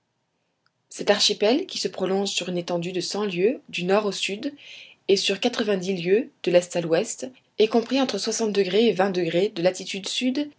cet archipel qui se prolonge sur une étendue de cent lieues du nord au sud et sur quatre-vingt-dix lieues de l'est à l'ouest est compris entre et de latitude sud